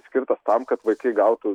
skirtas tam kad vaikai gautų